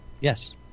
Yes